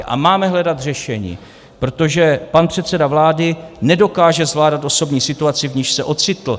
A máme hledat řešení, protože pan předseda vlády nedokáže zvládat osobní situaci, v níž se ocitl.